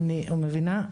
אני מבינה,